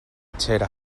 xera